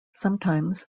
sometimes